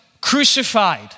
crucified